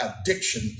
addiction